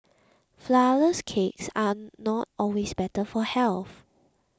Flourless Cakes are not always better for health